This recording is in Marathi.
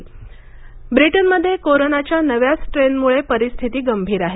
ब्रिटन ब्रिटनमध्ये कोरोनाच्या नव्या स्ट्रेनमुळे परिस्थिती गंभीर आहे